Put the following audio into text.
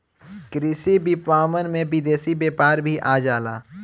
कृषि विपणन में विदेशी व्यापार भी आ जाला